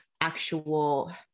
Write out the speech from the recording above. actual